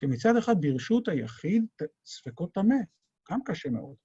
ומצד אחד ברשות היחיד ספקות טמא, גם קשה מאוד.